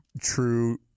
true